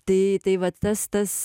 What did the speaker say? tai tai vat tas tas